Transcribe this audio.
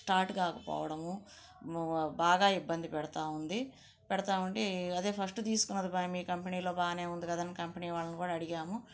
start కాకపోవడము బాగా ఇబ్బంది పెడుతూ ఉంది పెడుతూ ఉంటే అదే ఫస్టు తీసుకున్నది మీ కంపెనీలో బాగానే ఉంది కదా అని కంపెనీ వాళ్ళని కూడా అడిగాము